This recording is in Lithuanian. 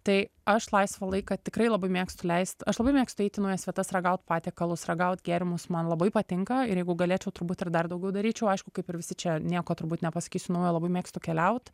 tai aš laisvą laiką tikrai labai mėgstu leisti aš labai mėgstu eit į naujas vietas ragaut patiekalus ragaut gėrimus man labai patinka ir jeigu galėčiau turbūt ir dar daugiau daryčiau aišku kaip ir visi čia nieko turbūt nepasakysiu naujo labai mėgstu keliaut